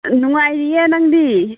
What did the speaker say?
ꯎꯝ ꯅꯨꯡꯉꯥꯏꯔꯤꯌꯦ ꯅꯪꯗꯤ